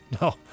No